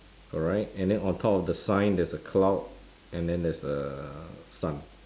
correct and then on top of the sign there's a cloud and then there's a sun